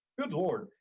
good lord,